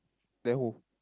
then who